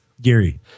gary